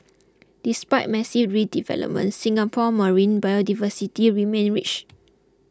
despite massive redevelopment Singapore's marine biodiversity remain rich